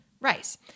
rice